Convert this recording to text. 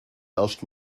erst